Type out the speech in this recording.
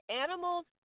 animals